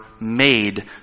made